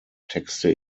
texte